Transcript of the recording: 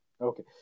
okay